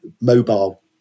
mobile